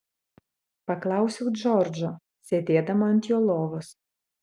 paklausiau džordžo sėdėdama ant jo lovos